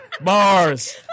Bars